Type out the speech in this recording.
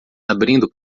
abrindo